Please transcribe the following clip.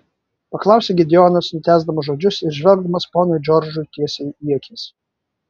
paklausė gideonas nutęsdamas žodžius ir žvelgdamas ponui džordžui tiesiai į akis